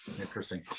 Interesting